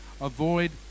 avoid